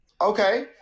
Okay